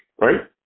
right